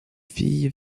filles